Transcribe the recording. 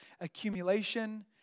accumulation